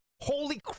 Holy